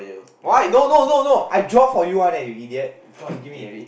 why no no no no I draw for you one leh you idiot you give me